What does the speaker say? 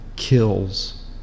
kills